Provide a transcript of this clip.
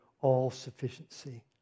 all-sufficiency